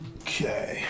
Okay